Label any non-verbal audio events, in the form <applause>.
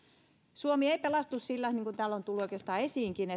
suomi ei pelastu sillä niin kuin täällä on tullut oikeastaan esiinkin <unintelligible>